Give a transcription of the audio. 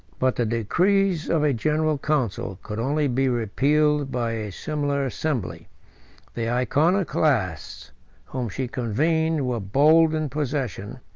but the decrees of a general council could only be repealed by a similar assembly the iconoclasts whom she convened were bold in possession,